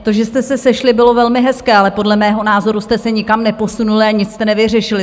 To, že jste se sešli, bylo velmi hezké, ale podle mého názoru jste se nikam neposunuli a nic jste nevyřešili.